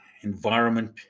environment